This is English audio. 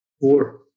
Four